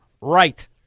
Right